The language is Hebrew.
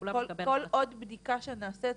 לכולם לקבל --- כל בדיקה נוספת שנעשית,